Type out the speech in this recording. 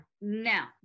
Now